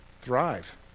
Thrive